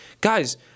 guys